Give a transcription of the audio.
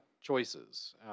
choices